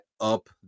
up